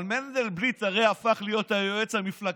אבל מנדלבליט הרי הפך להיות היועץ המפלגתי,